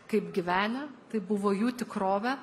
kaip gyvenę tai buvo jų tikrovė